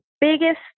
biggest